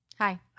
Hi